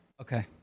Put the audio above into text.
Okay